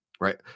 right